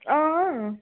हां